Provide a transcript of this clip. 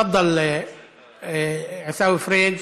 בבקשה עיסאווי פריג',